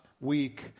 week